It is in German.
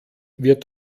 wird